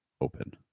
open